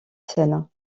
scène